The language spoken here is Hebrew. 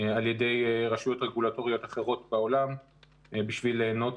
על ידי רשויות רגולטוריות אחרות בעולם בשביל ליהנות